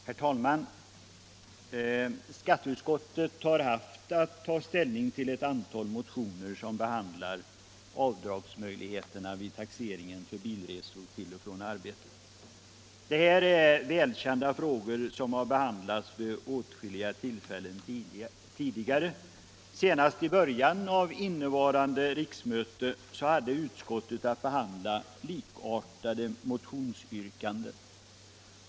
Herr talman! Skatteutskottet har haft att ta ställning till ett antal motioner som behandlar avdragsmöjligheterna vid taxeringen för bilresor till och från arbetet. Det här är välkända frågor som behandlats vid åtskilliga tillfällen tidigare. Senast i början av innevarande riksmöte hade utskottet att behandla likartade motionsyrkanden.